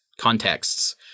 contexts